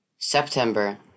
September